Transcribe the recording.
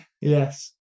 Yes